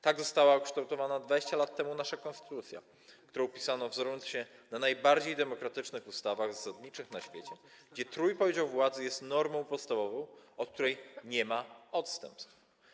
Tak została ukształtowana 20 lat temu nasza konstytucja, którą pisano, wzorując się na najbardziej demokratycznych ustawach zasadniczych na świecie, gdzie trójpodział władzy jest normą podstawową, od której nie ma odstępstw.